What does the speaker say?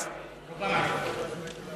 רובם ערבים.